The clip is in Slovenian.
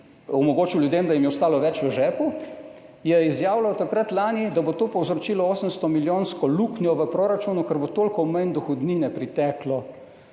omogočil ljudem, da jim je ostalo več v žepu, je izjavljal, da bo to povzročilo 800-milijonsko luknjo v proračunu, ker bo toliko manj dohodnine priteklo